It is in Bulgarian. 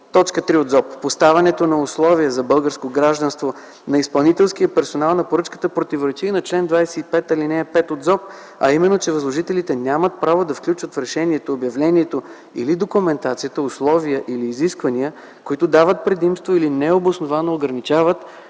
1, т. 3 от ЗОП. Поставянето на условие за българско гражданство на изпълнителския персонал на поръчката противоречи и на чл. 25, ал. 5 от ЗОП, а именно, че възложителите нямат право да включат в решението, обявлението или документацията условия или изисквания, които дават предимство или необосновано ограничават